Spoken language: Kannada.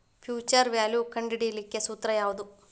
ಫ್ಯುಚರ್ ವ್ಯಾಲ್ಯು ಕಂಢಿಡಿಲಿಕ್ಕೆ ಸೂತ್ರ ಯಾವ್ದು?